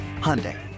Hyundai